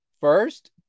first